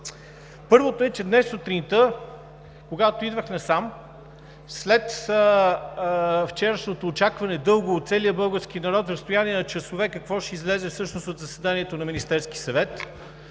Първото е, че днес сутринта, когато идвах насам, след вчерашното дълго очакване от целия български народ в разстояние на часове какво ще излезе всъщност от заседанието на Министерския съвет,